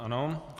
Ano.